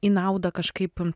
į naudą kažkaip